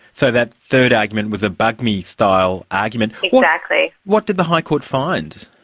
so that third argument was a bugmy style argument. exactly. what did the high court find?